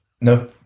No